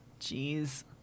Jeez